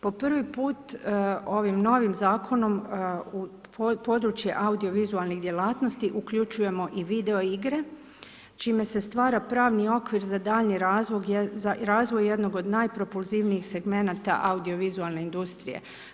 Po prvi put ovim novim zakonom u područje audiovizualnih djelatnosti uključujemo i video igre, čime se stvara pravni okvir za daljnji razvoj jednog od najpropulzivnijih segmenata audiovizualne industrije.